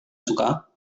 suka